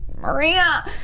Maria